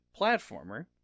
platformer